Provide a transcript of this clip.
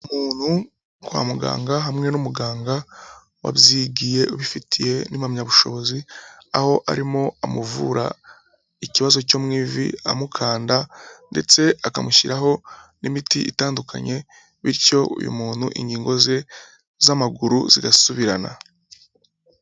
Umuntu kwa muganga hamwe n'umuganga wabyigiye ubifitiye n'impamyabushobozi, aho arimo amuvura ikibazo cyo mu ivi amukanda ndetse akamushyiraho n'imiti itandukanye, bityo uyu muntu ingingo ze z'amaguru zigasubirana.